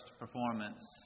performance